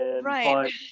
Right